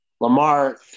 Lamar